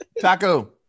Taco